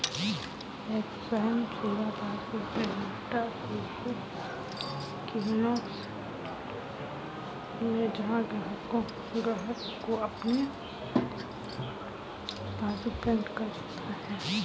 एक स्वयं सेवा पासबुक प्रिंटर एक कियोस्क है जहां ग्राहक अपनी पासबुक प्रिंट कर सकता है